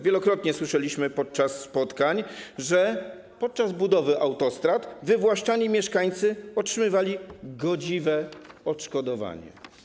Wielokrotnie słyszeliśmy podczas spotkań, że podczas budowy autostrad wywłaszczani mieszkańcy otrzymywali godziwe odszkodowanie.